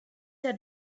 had